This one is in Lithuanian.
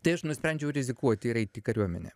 tai aš nusprendžiau rizikuoti ir eit į kariuomenę